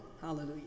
Hallelujah